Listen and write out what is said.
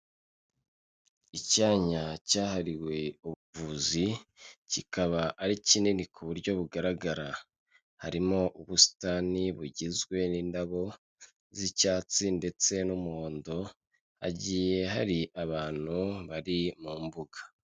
Icyanya cyahariwe ubuvuzi, kikaba ari kinini ku buryo bugaragara, harimo ubusitani bugizwe n'indabo z'icyatsi ndetse n'umuhondo, hagiye hari abantu bari mu mbuga.